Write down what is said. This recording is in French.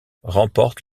remporte